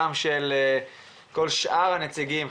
גם של כל שאר הנציגים,